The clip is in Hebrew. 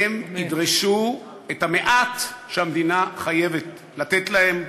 הם ידרשו את המעט שהמדינה חייבת לתת להם.